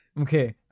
Okay